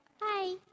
Hi